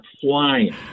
flying